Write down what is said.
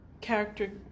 character